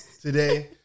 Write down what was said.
today